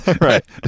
right